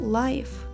life